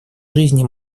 жизни